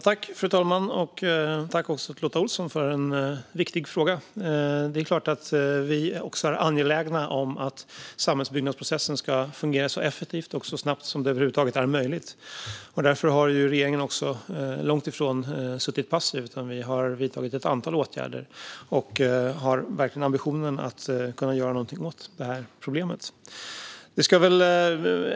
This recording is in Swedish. Fru talman! Tack, Lotta Olsson, för en viktig fråga! Även vi är såklart angelägna om att samhällsbyggnadsprocessen ska fungera så effektivt och snabbt som det över huvud taget är möjligt. Därför har regeringen långt ifrån suttit passiv utan har vidtagit ett antal åtgärder. Vi har verkligen ambitionen att kunna göra något åt detta problem.